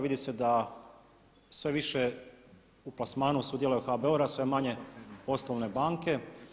Vidi se da sve više u plasmanu sudjeluje HBOR a sve manje osnovne banke.